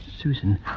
Susan